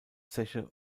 zeche